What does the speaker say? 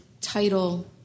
title